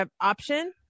option